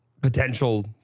Potential